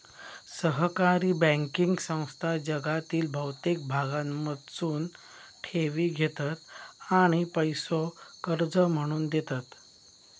सहकारी बँकिंग संस्था जगातील बहुतेक भागांमधसून ठेवी घेतत आणि पैसो कर्ज म्हणून देतत